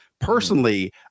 Personally